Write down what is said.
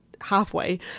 halfway